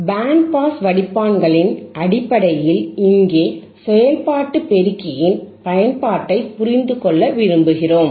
pant pass வடிப்பான்களின் அடிப்படையில் இங்கே செயல்பாட்டின் பெருக்கியின் பயன்பாட்டை புரிந்து கொள்ள விரும்புகிறோம்